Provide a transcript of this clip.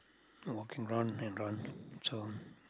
walking round and round so